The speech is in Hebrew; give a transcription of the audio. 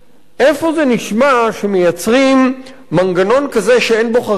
איפה זה נשמע שמייצרים מנגנון כזה שאין בו חריגים,